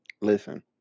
Listen